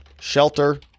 shelter